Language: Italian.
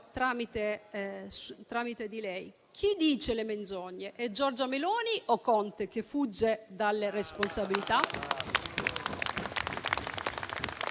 tramite lei. Chi dice le menzogne, Giorgia Meloni o Conte, che fugge dalle responsabilità?